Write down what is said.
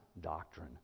doctrine